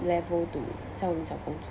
level to 叫人家工作